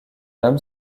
homme